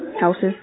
Houses